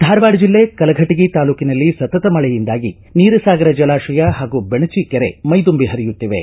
ಧಾರವಾಡ ಜಿಲ್ಲೆ ಕಲಫಟಗಿ ತಾಲೂಕಿನಲ್ಲಿ ಸತತ ಮಳೆಯಿಂದಾಗಿ ನೀರಸಾಗರ ಜಲಾಶಯ ಹಾಗೂ ಬೆಣಚಿ ಕೆರೆ ಮೈದುಂಬಿ ಹರಿಯುತ್ತಿವೆ